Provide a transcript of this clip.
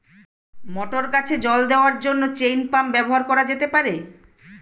মটর গাছে জল দেওয়ার জন্য চেইন পাম্প ব্যবহার করা যেতে পার?